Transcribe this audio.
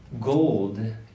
gold